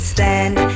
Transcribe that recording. Stand